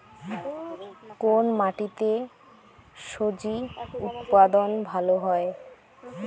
কোন মাটিতে স্বজি উৎপাদন ভালো হয়?